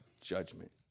judgment